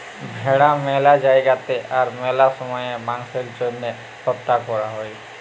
ভেড়া ম্যালা জায়গাতে আর ম্যালা সময়ে মাংসের জ্যনহে হত্যা ক্যরা হ্যয়